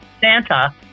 Santa